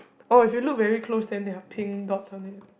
oh if you look very close then they have pink dots on it